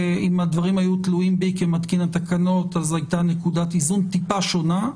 אם הדברים היו תלויים בי כמתקין התקנות אז הייתה נקודת איזון טיפה שונה,